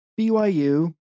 BYU